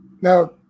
Now